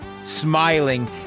smiling